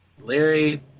Larry